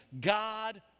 God